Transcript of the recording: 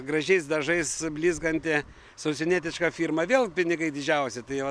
gražiais dažais blizgantį su užsienietiška firma vėl pinigai didžiausi tai jau